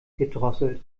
gedrosselt